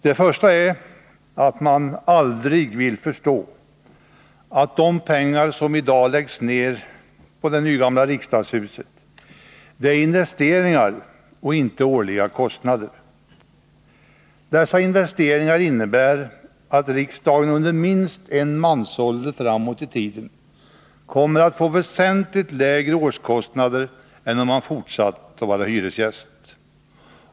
Det första är att man aldrig vill förstå att de pengar som i dag läggs ned på det ”nygamla” riksdagshuset är investeringar och inte årliga kostnader. Dessa investeringar innebär att riksdagen under minst en mansålder framåt i tiden kommer att få väsentligt lägre årskostnader än om man fortsatt att vara hyresgäst.